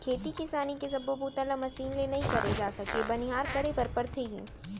खेती किसानी के सब्बो बूता ल मसीन ले नइ करे जा सके बनिहार करे बर परथे ही